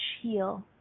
heal